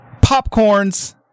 popcorns